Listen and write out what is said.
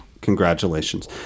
congratulations